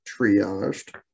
triaged